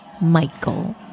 Michael